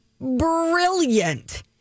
Brilliant